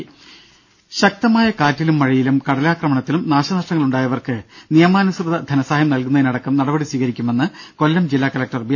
ദേദ ശക്തമായ കാറ്റിലും മഴയിലും കടലാക്രമണത്തിലും നാശനഷ്ടങ്ങളുണ്ടായവർക്ക് നിയമാനുസൃത ധനസഹായം നൽകുന്നതിനടക്കം നടപടി സ്വീകരിക്കുമെന്ന് കൊല്ലം ജില്ലാ കലക്ടർ ബി